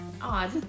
odd